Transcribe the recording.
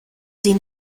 den